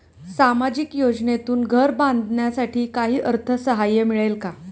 सामाजिक योजनेतून घर बांधण्यासाठी काही अर्थसहाय्य मिळेल का?